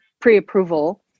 pre-approval